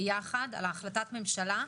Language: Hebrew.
על החלטת הממשלה,